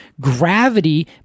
gravity